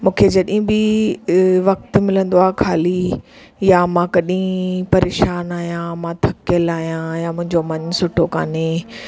मूंखे जॾहिं बि वक़्तु मिलंदो आहे ख़ाली या मां कॾहिं परेशानु आहियां मां थकियल आहियां या मुंहिंजो मनु सुठो कान्हे